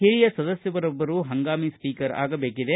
ಹಿರಿಯ ಸದಸ್ಯರೊಬ್ಬರು ಹಂಗಾಮಿ ಸ್ವೀಕರ್ ಆಗಬೇಕಿದೆ